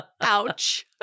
Ouch